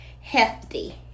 hefty